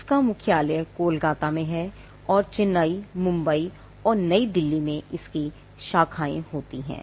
इसका मुख्यालय कोलकाता में है और चेन्नई मुंबई और नई दिल्ली में इसकी शाखाएं हैं